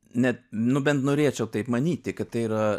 net nu bent norėčiau taip manyti kad tai yra